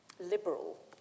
liberal